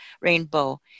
rainbow